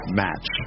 match